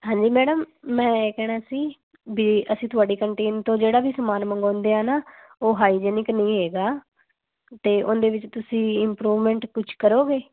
ਹਾਂਜੀ ਮੈਡਮ ਮੈਂ ਇਹ ਕਹਿਣਾ ਸੀ ਵੀ ਅਸੀਂ ਤੁਹਾਡੀ ਕੰਟੀਨ ਤੋਂ ਜਿਹੜਾ ਵੀ ਸਮਾਨ ਮੰਗਾਉਂਦੇ ਆ ਨਾ ਉਹ ਹਾਈਜੇਨਿਕ ਨਹੀਂ ਹੈਗਾ ਅਤੇ ਉਹਦੇ ਵਿੱਚ ਤੁਸੀਂ ਇੰਪਰੂਵਮੈਂਟ ਕੁਛ ਕਰੋਗੇ